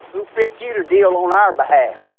who picked you to deal on our behalf?